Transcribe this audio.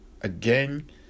again